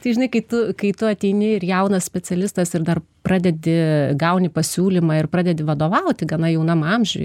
tai žinai kai tu kai tu ateini ir jaunas specialistas ir dar pradedi gauni pasiūlymą ir pradedi vadovauti gana jaunam amžiui